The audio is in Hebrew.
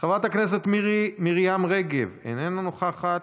חברת הכנסת מירי מרים רגב, איננה נוכחת,